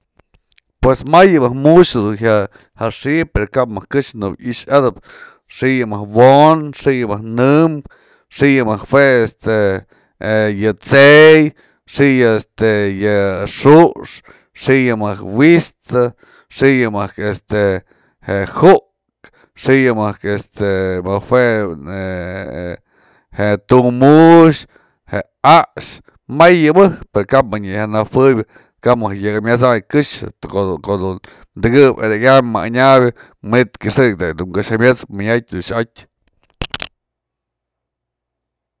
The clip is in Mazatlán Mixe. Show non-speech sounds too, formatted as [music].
pues may yë mëjk mu'uxë du ja xi'i, pero kap mëk këxë nyawa i'ixadëp, xi'i yë mëjk wo'on, xi'i yë mëjk nëmkë, xi'i yë mëjk [hesitation] jue este yë t'se'ey, xi'i yë este xu'ux, xi'i yë mëjk wi'istë, xi'i yë mëjk este je ju'ukë, [hesitation] xi'i yë mëjk este jë mëjk jue mëjk je tu'u mu'uxë, je a'axë, mayë mëjk pero kap mëjk nyayajnëjuebë, kap mëjk yak jamyet'sany këxë ko'o dun tëkëp edyekam më anyabë manyt kyëxëk da du këx jemyëtsëp madyjatë dun xa'atyë.